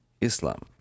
Islam